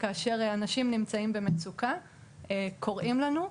כאשר אנשים נמצאים במצוקה קוראים לנו,